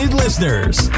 Listeners